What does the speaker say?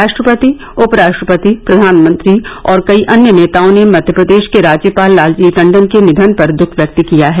राष्ट्रपति उपराष्ट्रपति प्रधानमंत्री और कई अन्य नेताओं ने मध्यप्रदेश के राज्यपाल लालजी टंडन के निधन पर दख व्यक्त किया है